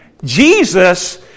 Jesus